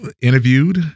interviewed